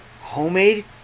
homemade